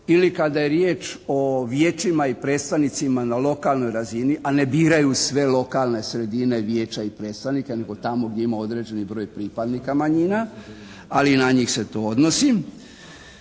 ili kada je riječ o vijećima i predstavnicima na lokalnoj razini, a ne biraju sve lokalne sredine vijeća i predstavnike, nego tamo gdje ima određeni broj pripadnika manjina, ali na njih se to odnosi.